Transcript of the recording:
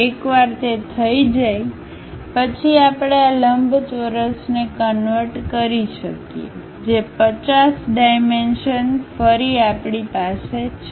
એકવાર તે થઈ જાય પછી આપણે આ લંબચોરસને કન્વર્ટ કરી શકીએ જે 50 ડાઈમેન્શન ફરી આપણી પાસે છે